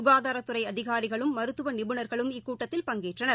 சுகாதாரத் துறைஅதிகாரிகளும் மருத்துவநிபுணர்களும் இக்கூட்டத்தில் பங்கேற்றனர்